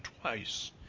twice